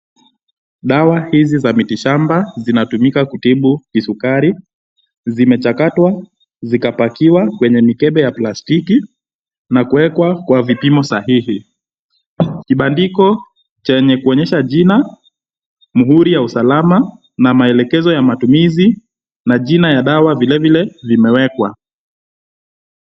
Dawa hizi za mitishamba zinatumika kutibu kisukari. Zimechakatwa zikapakiwa kwenye mikebe ya plastiki na kuwekwa kwa vipimo sahihi. Kibandiko chenye kuonyesha jina, mihuri ya usalama na maelekezo ya matumizi, majina ya dawa vile vile vimewekwa.